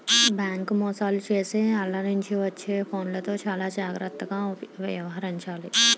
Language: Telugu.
బేంకు మోసాలు చేసే ఆల్ల నుంచి వచ్చే ఫోన్లతో చానా జాగర్తగా యవహరించాలి